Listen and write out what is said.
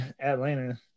atlanta